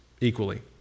equally